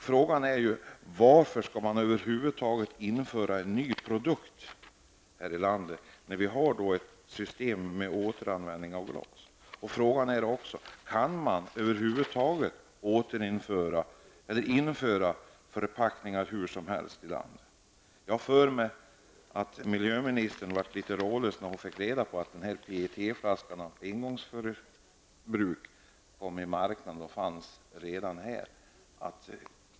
Frågan är varför man över huvud taget skall införa en ny produkt i vårt land, när vi har ett system med återanvändning av glas. Kan man införa förpackningar hur som helst i landet? Såvitt jag förstått blev miljöministern litet rådlös när hon fick reda på att PET-flaskan för engångsbruk redan hade kommit ut på den svenska marknaden.